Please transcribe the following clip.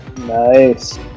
nice